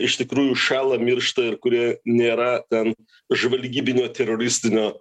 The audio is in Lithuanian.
iš tikrųjų šąla miršta ir kurie nėra ten žvalgybinio teroristinio